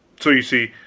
so you see